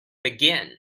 begin